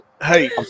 Hey